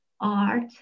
art